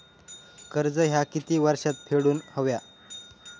कर्ज ह्या किती वर्षात फेडून हव्या?